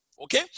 Okay